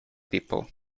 people